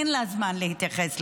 אין לה זמן להתייחס לזה,